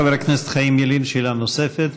חבר הכנסת חיים ילין, שאלה נוספת.